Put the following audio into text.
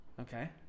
Okay